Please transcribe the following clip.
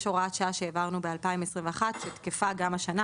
יש הוראת שעה שהעברנו ב-2021 שתקפה גם השנה,